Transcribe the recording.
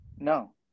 No